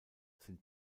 sind